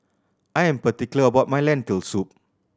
I am particular about my Lentil Soup